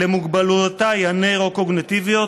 ללא התאמות למוגבלויותיי הנוירו-קוגניטיביות,